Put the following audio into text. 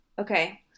Okay